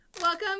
Welcome